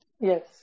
Yes